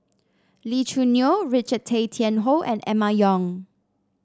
Lee Choo Neo Richard Tay Tian Hoe and Emma Yong